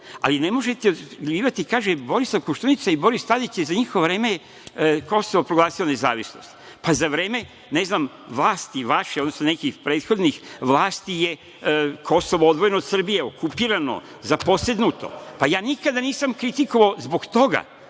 ali ne možete optuživati. Kaže – Vojislav Koštunica i Boris Tadić, za njihovo vreme Kosovo je proglasilo nezavisnost. Pa, za vreme vlasti vaše, odnosno nekih prethodnih vlasti je Kosovo odvojeno od Srbije, okupirano, zaposednuto, pa ja nikada nisam kritikovao zbog toga